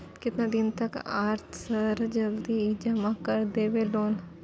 केतना दिन तक आर सर जल्दी जमा कर देबै लोन?